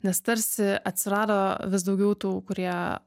nes tarsi atsirado vis daugiau tų kurie